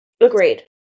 Agreed